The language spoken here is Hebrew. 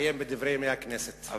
אבל